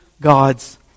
God's